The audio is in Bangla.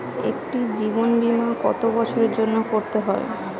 একটি জীবন বীমা কত বছরের জন্য করতে হয়?